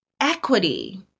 equity